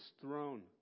throne